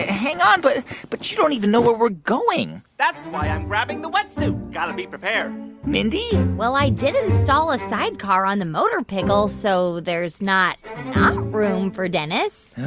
hang on? but but you don't even know where we're going that's why i'm grabbing the wetsuit. got to be prepared mindy? well, i did install a sidecar on the motor pickle, so there's not not-room for dennis